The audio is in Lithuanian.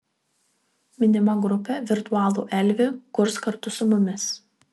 minima grupė virtualų elvį kurs kartu su mumis